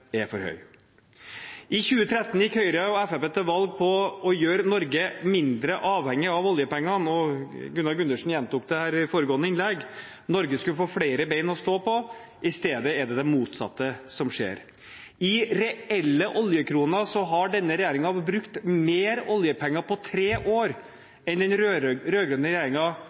er for høy. I 2013 gikk Høyre og Fremskrittspartiet til valg på å gjøre Norge mindre avhengig av oljepengene, og Gunnar Gundersen gjentok det i foregående innlegg. Norge skulle få flere ben å stå på. I stedet er det det motsatte som skjer. I reelle oljekroner har denne regjeringen brukt mer oljepenger på tre år